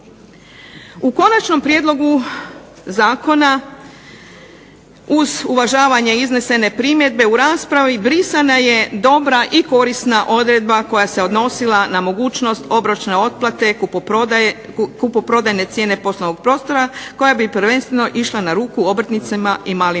U konačnom prijedlogu zakona uz uvažavanje iznesene primjedbe u raspravi brisana je dobra i korisna odredba koja se odnosila na mogućnost obročne otplate kupoprodajne cijene poslovnog prostora koja bi prvenstveno išla na ruku obrtnicima i malim